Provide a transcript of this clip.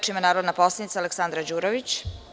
Reč ima narodna poslanica Aleksandra Đurović.